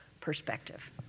perspective